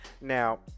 Now